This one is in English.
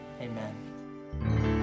amen